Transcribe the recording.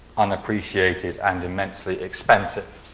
unappreciated and immensely expensive